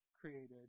created